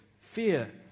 fear